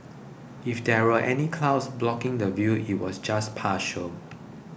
if there were any clouds blocking the view it was just partial